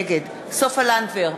נגד סופה לנדבר,